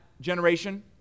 generation